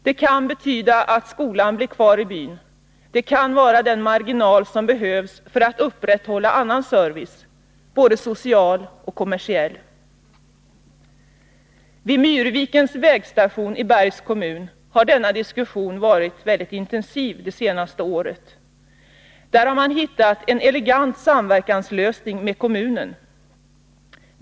Det kan betyda att skolan blir kvar i byn; det kan vara den marginal som behövs för att upprätthålla annan service — både social och kommersiell. Vid Myrvikens vägstation i Bergs kommun har denna diskussion varit mycket intensiv under det senaste året. Där har man hittat en elegant samverkanslösning med kommunen.